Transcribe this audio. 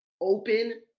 open